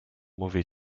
mówię